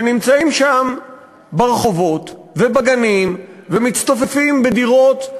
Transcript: שנמצאים שם ברחובות ובגנים ומצטופפים בדירות,